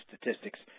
statistics